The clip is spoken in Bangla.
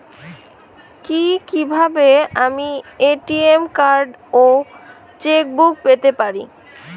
কি কিভাবে আমি এ.টি.এম কার্ড ও চেক বুক পেতে পারি?